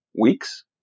weeks